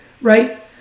right